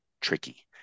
tricky